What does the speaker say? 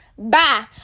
Bye